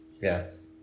yes